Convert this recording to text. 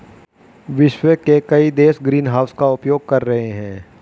विश्व के कई देश ग्रीनहाउस का उपयोग कर रहे हैं